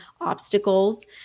obstacles